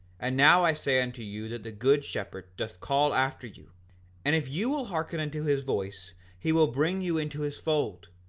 and now i say unto you that the good shepherd doth call after you and if you will hearken unto his voice he will bring you into his fold,